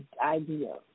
idea